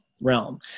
realm